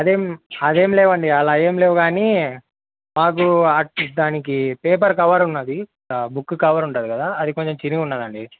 అదేమీ అదేమీ లేవండి అలా ఏమీలేవు గానీ మాకు దానికి పేపర్ కవర్ ఉన్నది బుక్ కవర్ ఉంటది కదా అది కొంచెం చిరిగి ఉన్నదండి